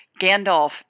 Gandalf